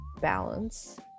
balance